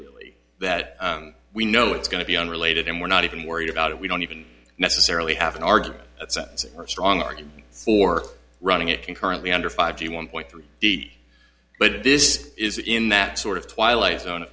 that we know it's going to be unrelated and we're not even worried about it we don't even necessarily have an argument or strong argue for running it concurrently under five g one point three d but this is in that sort of twilight zone